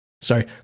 Sorry